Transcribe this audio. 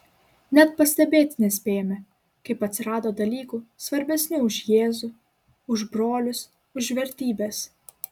net pastebėti nespėjome kaip atsirado dalykų svarbesnių už jėzų už brolius už vertybes